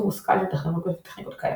מושכל של טכנולוגיות וטכניקות קיימות.